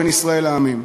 בין ישראל לעמים.